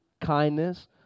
kindness